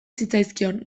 zitzaizkion